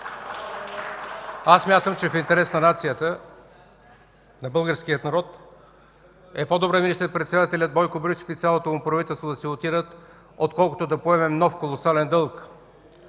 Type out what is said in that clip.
Аз смятам, че в интерес на нацията, на българския народ е по-добре министър-председателят Бойко Борисов и цялото му правителство да си отидат, отколкото да поемем нов колосален дълг!